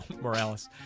Morales